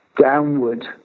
downward